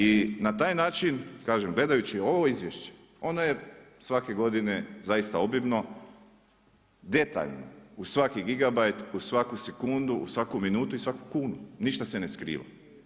I na taj način, kažem, gledajući ovo izvješće, ono je svake godine zaista obilno, detaljno u svaki gigabajt, u svaku sekundu, u svaku minutu i svaku kunu, ništa se ne skriva.